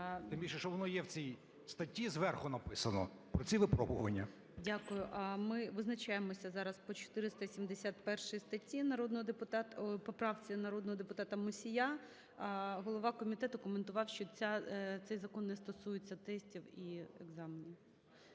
Тим більше, що воно є в цій статті, зверху написано про ці випробування. ГОЛОВУЮЧИЙ. Дякую. Ми визначаємося зараз по 471 статті народного депутата… поправці народного депутата Мусія. Голова комітету коментував, що цей закон не стосується тестів і екзаменів.